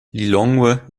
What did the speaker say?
lilongwe